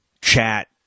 chat